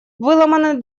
выломаны